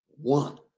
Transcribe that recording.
one